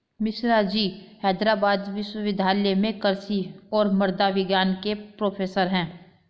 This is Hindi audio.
मिश्राजी हैदराबाद विश्वविद्यालय में कृषि और मृदा विज्ञान के प्रोफेसर हैं